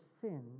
sin